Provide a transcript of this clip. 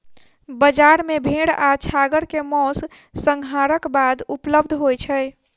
बजार मे भेड़ आ छागर के मौस, संहारक बाद उपलब्ध होय छै